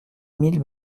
mille